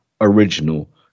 original